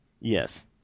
yes